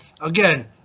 Again